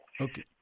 okay